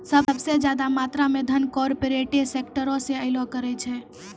सभ से ज्यादा मात्रा मे धन कार्पोरेटे सेक्टरो से अयलो करे छै